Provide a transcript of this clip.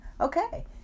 okay